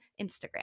Instagram